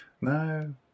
No